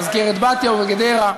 מזכרת-בתיה וגדרה,